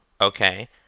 okay